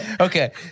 okay